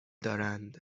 دارند